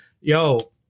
yo